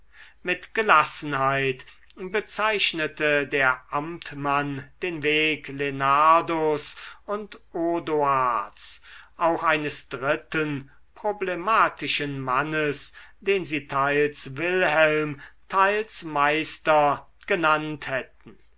mit gelassenheit bezeichnete der amtmann den weg lenardos und odoards auch eines dritten problematischen mannes den sie teils wilhelm teils meister genannt hätten